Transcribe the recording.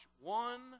one